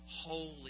holy